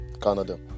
Canada